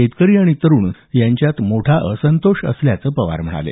शेतकरी आणि तरूण यांच्यात मोठा असंतोष असल्याचं पवार म्हणाले